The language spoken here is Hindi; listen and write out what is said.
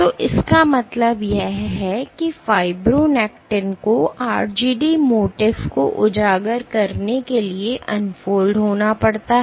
तो इसका मतलब यह है कि फाइब्रोनेक्टिन को RGD मोटिफ को उजागर करने के लिए अनफोल्ड होना पड़ता है